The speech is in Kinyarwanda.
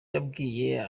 yabwiye